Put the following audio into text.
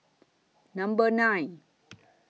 Number nine